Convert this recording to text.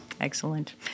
Excellent